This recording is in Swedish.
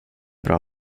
bra